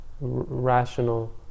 rational